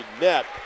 net